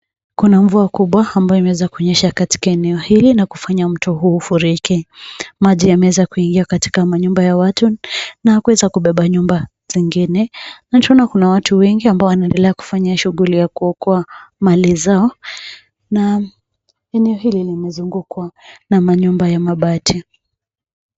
Kuna mvua kubwa ambayo imeweza kunyesha katika eneo hili na kufanya mto huu ufurike. Maji yameweza kuingia katika nyumba za watu na kuweza kubeba nyumba zingine na tunaona kuna watu wengi wanaendelea kufanya shughuli ya kuokoa mali zao na eneo hili limezungukwa na manyumba ya mabati.